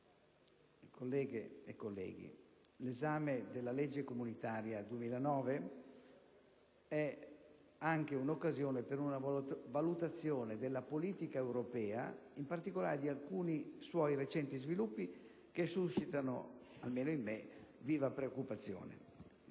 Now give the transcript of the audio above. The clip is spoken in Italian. Ministro, colleghe e colleghi, l'esame della legge comunitaria 2009 è anche un occasione per una valutazione della politica europea, in particolare di alcuni suoi recenti sviluppi che suscitano - almeno in me - una viva preoccupazione.